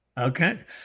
Okay